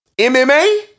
MMA